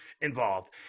involved